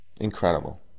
Incredible